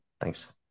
Thanks